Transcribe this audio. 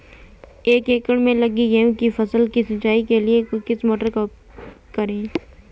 एक एकड़ में लगी गेहूँ की फसल की सिंचाई के लिए किस मोटर का उपयोग करें?